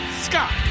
Scott